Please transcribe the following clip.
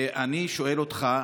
ואני שואל אותך: